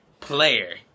player